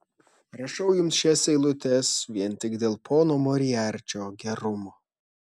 rašau jums šias eilutes vien tik dėl pono moriarčio gerumo